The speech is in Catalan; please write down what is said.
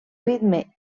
ritme